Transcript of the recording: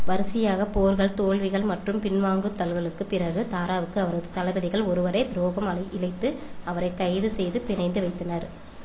வரிசையாகப் போர்கள் தோல்விகள் மற்றும் பின்வாங்குதல்களுக்குப் பிறகு தாராவுக்கு அவரது தளபதிகள் ஒருவரே துரோகம் அழை இழைத்து அவரைக் கைது செய்து பிணைத்து வைத்தனர்